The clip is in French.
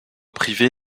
privé